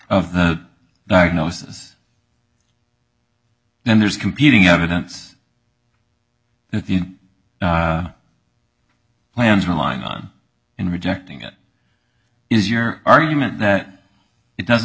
of the diagnosis and there's competing evidence that the plans were lying on in rejecting it is your argument that it doesn't